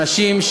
אנשים,